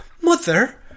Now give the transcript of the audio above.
Mother